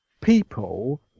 people